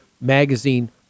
Magazine